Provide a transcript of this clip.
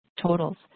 totals